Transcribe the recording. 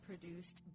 produced